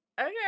okay